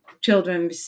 children